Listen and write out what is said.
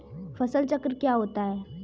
फसल चक्र क्या होता है?